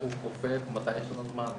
מתי יש לנו זמן,